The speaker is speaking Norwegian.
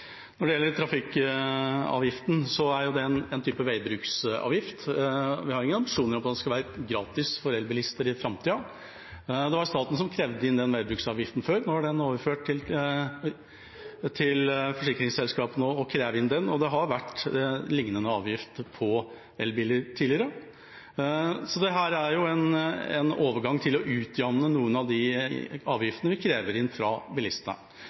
Når det gjelder trafikkavgiften, er det en type veibruksavgift. Vi har ingen ambisjoner om at det skal være gratis for elbilister i framtida. Det var staten som krevde inn den veibruksavgiften før, nå er det overført til forsikringsselskapene å kreve den inn, og det har vært lignende avgifter på elbiler tidligere. Dette er en overgang til å utjevne noen av avgiftene vi krever inn fra bilistene.